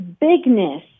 bigness